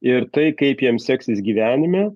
ir tai kaip jiems seksis gyvenime